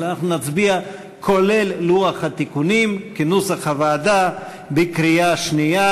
אבל אנחנו נצביע כולל לוח התיקונים כנוסח הוועדה בקריאה שנייה.